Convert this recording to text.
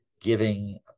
giving